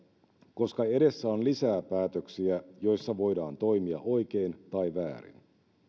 koska edessä on lisää päätöksiä joissa voidaan toimia oikein tai väärin